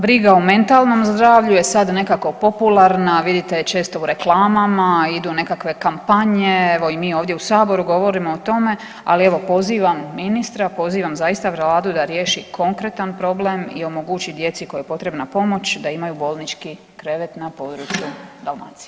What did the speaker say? Briga o mentalnom zdravlju je sada nekako popularna, vidite je često u reklamama, idu nekakve kampanje, evo i mi ovdje u saboru govorimo o tome, ali evo pozivam ministra, pozivam zaista Vladu da riješi konkretan problem i omogući djeci kojoj je potrebna pomoć da imaju bolnički krevet na području Dalmacije.